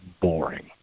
boring